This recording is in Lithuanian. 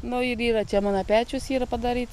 nu ir yra čia mano pečius yra padarytas